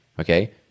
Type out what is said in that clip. okay